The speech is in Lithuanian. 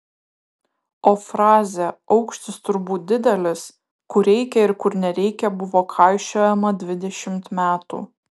o frazė aukštis turbūt didelis kur reikia ir kur nereikia buvo kaišiojama dvidešimt metų